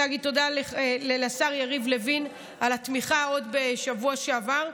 אני רוצה לומר תודה לשר יריב לוין על התמיכה עוד בשבוע שעבר,